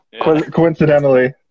coincidentally